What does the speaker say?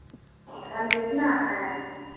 धान बेचना है